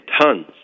tons